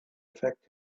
affect